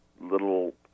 little